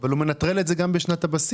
אבל הוא מנטרל את זה גם בשנת הבסיס.